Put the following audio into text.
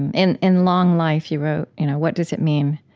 in in long life you wrote, you know what does it mean